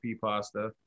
pasta